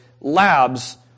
labs